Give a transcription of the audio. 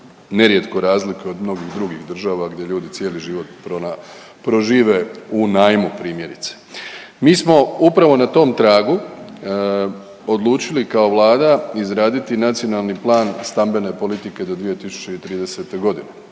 nerijetko razlikuje od mnogih drugih država gdje ljudi cijeli život prožive u najmu primjerice. Mi smo upravo na tom tragu odlučili kao Vlada izraditi Nacionalni plan stambene politike do 2030.g..